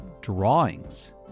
drawings